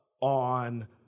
on